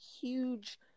huge